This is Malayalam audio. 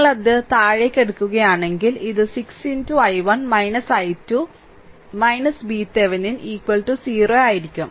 നിങ്ങൾ ഇത് താഴേയ്ക്ക് എടുക്കുകയാണെങ്കിൽ ഇത് 6 i1 i2 VThevenin 0 ആയിരിക്കും